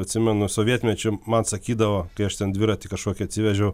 atsimenu sovietmečiu man sakydavo kai aš ten dviratį kažkokį atsivežiau